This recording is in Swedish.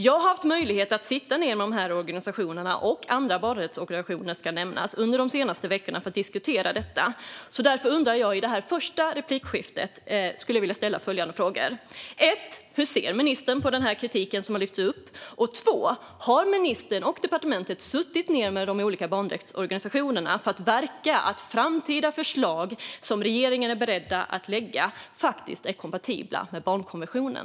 Jag har haft möjlighet att sitta ned med dessa och andra barnrättsorganisationer under de senaste veckorna för att diskutera detta. Därför skulle jag i mitt första inlägg vilja ställa följande frågor: Hur ser ministern på den kritik som har lyfts upp? Har ministern och departementet suttit ned med de olika barnrättsorganisationerna för att verka för att de framtida förslag som regeringen är beredd att lägga fram faktiskt är kompatibla med barnkonventionen?